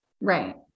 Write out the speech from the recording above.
Right